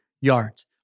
yards